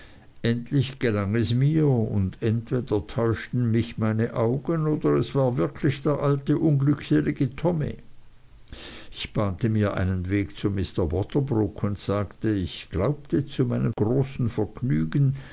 endlich gelang es mir und entweder täuschten mich meine augen oder es war wirklich der alte unglückselige tommy ich bahnte mir einen weg zu mr waterbroock und sagte ich glaubte zu meinem großen vergnügen